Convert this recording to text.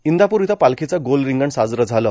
इंदापूर इथं पालखीचं गोल रिंगण साजरं झालं